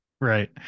Right